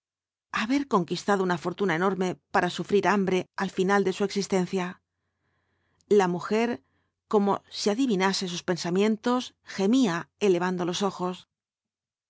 haber conquistado una fortuna enorme para sufrir hambre al final de su existencia la mujer como si adivinase sus pensamientos gemía elevando los ojos